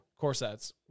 Corsets